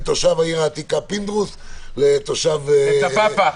תושב העיר העתיקה פינדרוס לתושב בית צפפא.